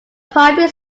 primary